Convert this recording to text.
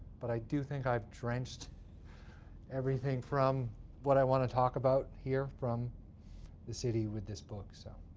but i do think i've drenched everything from what i want to talk about here from the city with this book. so